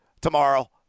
tomorrow